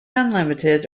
unlimited